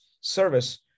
service